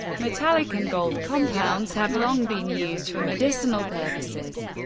metallic and gold compounds have long been used for medicinal purposes.